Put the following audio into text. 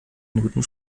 minuten